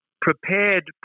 prepared